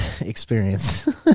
experience